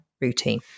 routine